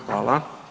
Hvala.